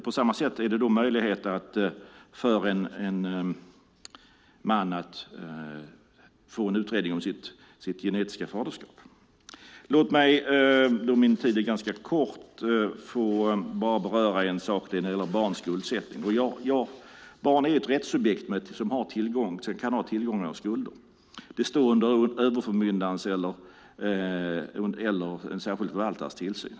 På samma sätt ger det möjlighet för en man att få en utredning om sitt genetiska faderskap. Eftersom min tid är ganska kort vill jag beröra en sak när det gäller barns skuldsättning. Barn är ett rättssubjekt som kan ha tillgångar och skulder. Det står under överförmyndarens eller en särskild förvaltares tillsyn.